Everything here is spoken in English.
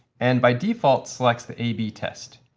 and by default, selects the a b test.